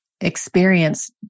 experience